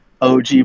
OG